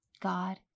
God